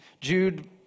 Jude